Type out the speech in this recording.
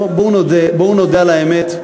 בואו נודה, בואו נודה על האמת,